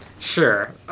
Sure